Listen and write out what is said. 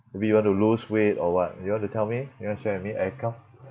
maybe you want to lose weight or what you want to tell me you want to share with me eh come